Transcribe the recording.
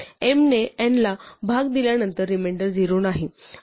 m ने n ला भाग दिल्यानंतर रिमेंडर 0 नाही